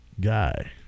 guy